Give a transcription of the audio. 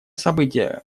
событие